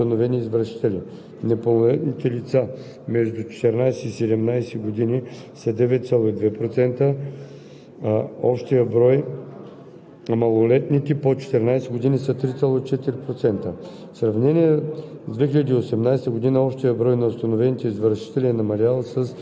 правонарушители са млади хора на възраст 14 – 30 години, което е 41,34% от общия брой установени извършители. Непълнолетните лица, между 14 – 17 години, са 9,2%, а